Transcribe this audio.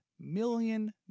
million